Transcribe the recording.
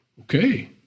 Okay